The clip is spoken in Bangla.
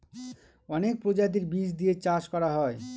অনেক প্রজাতির বীজ দিয়ে চাষ করা হয়